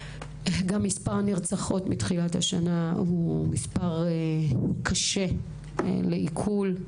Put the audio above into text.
גם מספר הנרצחות מתחילת השנה הוא מספר קשה לעיכול.